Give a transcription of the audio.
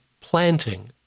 planting